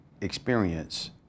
experience